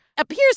appears